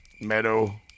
meadow